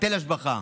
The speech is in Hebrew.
היטל השבחה.